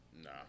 Nah